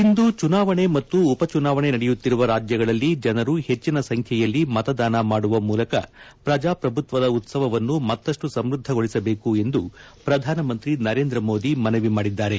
ಇಂದು ಚುನಾವಣೆ ಮತ್ತು ಉಪಚುನಾವಣೆ ನಡೆಯುತ್ತಿರುವ ರಾಜ್ಯಗಳಲ್ಲಿ ಜನರು ಹೆಚ್ಚಿನ ಸಂಖ್ಯೆಯಲ್ಲಿ ಮತದಾನ ಮಾಡುವ ಮೂಲಕ ಪ್ರಜಾಪ್ರಭುತ್ವದ ಉತ್ಸವವನ್ನು ಮತ್ತಷ್ಟು ಸಮೃದ್ದಗೊಳಿಸಬೇಕು ಎಂದು ಪ್ರಧಾನಮಂತ್ರಿ ನರೇಂದ್ರ ಮೋದಿ ಮನವಿ ಮಾಡಿದ್ದಾರೆ